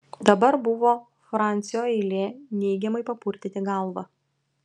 dabar buvo francio eilė neigiamai papurtyti galvą